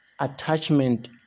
attachment